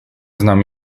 znam